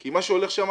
כי מה שהולך שם,